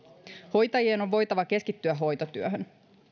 hoitajien on voitava keskittyä hoitotyöhön